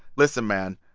listen, man.